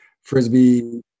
frisbee